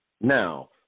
Now